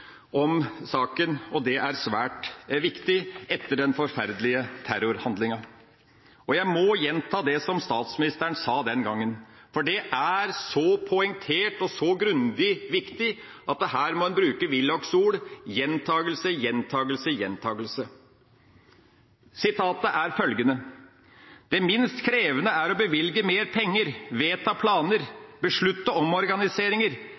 om saken, og det var svært viktig etter den forferdelige terrorhandlinga. Jeg må gjenta det som statsministeren sa den gangen, for det er så poengtert og så grunnleggende viktig at her må en bruke Willochs ord: Gjentakelse, gjentakelse, gjentakelse. Sitatet er følgende: «Det minst krevende er å bevilge mer penger, vedta planer. Beslutte omorganiseringer.